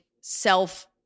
self